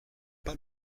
pas